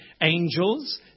angels